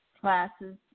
classes